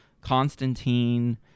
Constantine